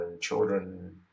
children